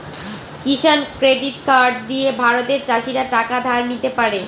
কিষান credit card দিয়ে ভারতের চাষীরা টাকা ধার নিতে পারে